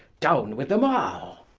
downe with them all